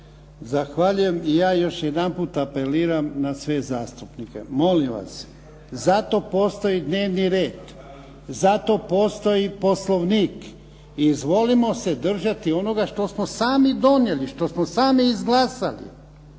Zahvaljujem. I ja još jedanput apeliram na sve zastupnike. Molim vas, zato postoji dnevni red, zato postoji Poslovnik i izvolimo se držati onoga što smo sami donijeli, što smo sami izglasali.